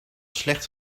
slecht